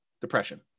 depression